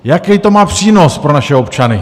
Jaký to má přínos pro naše občany?